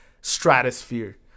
stratosphere